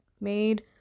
made